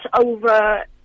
over